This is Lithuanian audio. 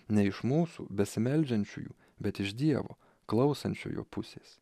ne iš mūsų besimeldžiančiųjų bet iš dievo klausančiųjų pusės